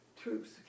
troops